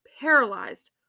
paralyzed